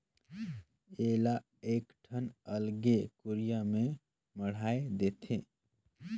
एला एकठन अलगे कुरिया में मढ़ाए देथे